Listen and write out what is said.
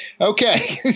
Okay